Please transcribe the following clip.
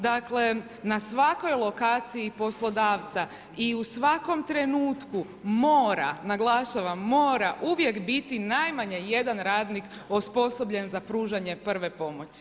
Dakle, na svakoj lokaciji poslodavca i u svakom trenutku mora, naglašavam mora uvijek biti najmanje jedan radnik osposobljen za pružanje prve pomoći.